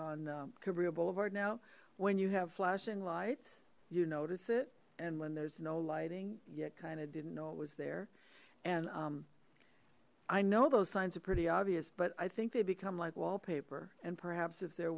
boulevard now when you have flashing lights you notice it and when there's no lighting yet kind of didn't know it was there and i know those signs are pretty obvious but i think they become like wallpaper and perhaps if there